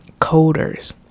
coders